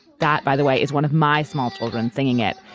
that, by the way, is one of my small children singing it.